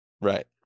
right